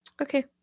Okay